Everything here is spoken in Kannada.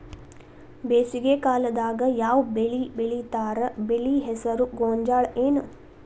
ಬೇಸಿಗೆ ಕಾಲದಾಗ ಯಾವ್ ಬೆಳಿ ಬೆಳಿತಾರ, ಬೆಳಿ ಹೆಸರು ಗೋಂಜಾಳ ಏನ್?